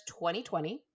2020